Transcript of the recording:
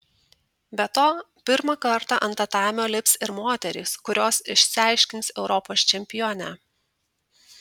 be to pirmą kartą ant tatamio lips ir moterys kurios išsiaiškins europos čempionę